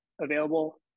available